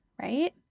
right